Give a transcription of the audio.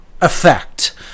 effect